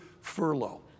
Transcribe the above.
Furlough